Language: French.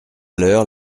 l’heure